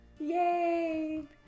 Yay